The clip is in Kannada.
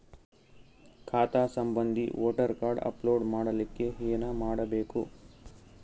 ಖಾತಾ ಸಂಬಂಧಿ ವೋಟರ ಕಾರ್ಡ್ ಅಪ್ಲೋಡ್ ಮಾಡಲಿಕ್ಕೆ ಏನ ಮಾಡಬೇಕು?